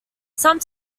some